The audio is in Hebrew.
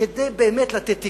כדי באמת לתת תקווה.